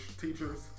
teachers